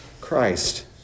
Christ